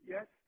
Yes